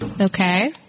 Okay